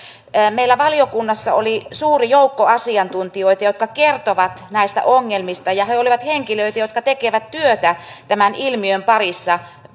meillä valiokunnassa oli suuri joukko asiantuntijoita jotka kertoivat näistä ongelmista ja he olivat henkilöitä jotka tekevät työtä tämä ilmiön parissa